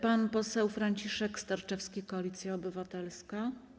Pan poseł Franciszek Sterczewski, Koalicja Obywatelska.